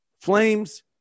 Flames